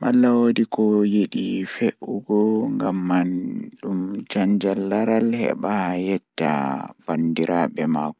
sabuɓe dooɗi no waawi fota fota, ɗum fuɗɗi seɗaade hayde.